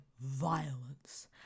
violence